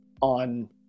on